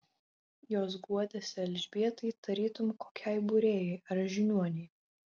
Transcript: jos guodėsi elžbietai tarytum kokiai būrėjai ar žiniuonei